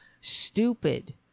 stupid